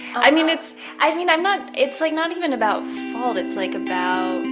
i mean, it's i mean, i'm not it's, like, not even about fault. it's, like, about